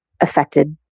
affected